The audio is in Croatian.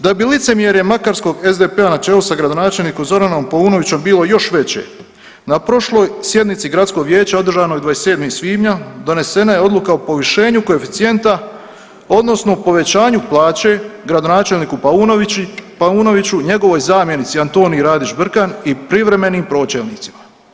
Da bi licemjere makarskog SDP-a na čelu sa gradonačelnikom Zoranom Paunovićem bilo još veće na prošloj sjednici gradskog vijeća održanoj 27. svibnja donešena je odluka o povišenju koeficijenta odnosno povećanju plaće gradonačelniku Paunoviću, njegovoj zamjenici Antoniji Radić Brkan i privremenim pročelnicima.